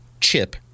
chip